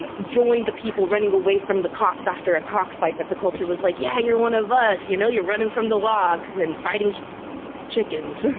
um joined the people running away from the cops after a cockfight that the cuture was like, yeah, you're one of us, you know? you're running from the law and fighting chickens.